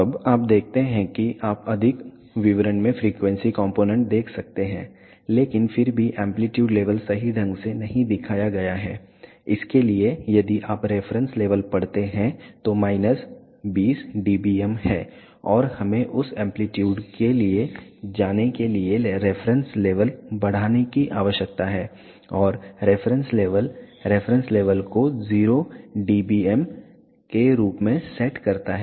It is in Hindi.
अब आप देखते हैं कि आप अधिक विवरण में फ्रीक्वेंसी कॉम्पोनेंट देख सकते हैं लेकिन फिर भी एंप्लीट्यूड लेवल सही ढंग से नहीं दिखाया गया है इसके लिए यदि आप रेफरेंस लेवल पढ़ते हैं तो माइनस 20 dBm है और हमें उस एंप्लीट्यूड के लिए जाने के लिए रेफरेंस लेवल बढ़ाने की आवश्यकता है और रेफरेंस लेवल रेफरेंस लेवल को 0 dBm के रूप में सेट करता है